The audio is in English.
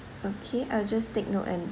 okay I'll just take note and